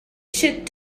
should